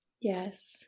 yes